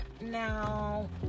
Now